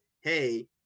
hey